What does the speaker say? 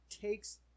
takes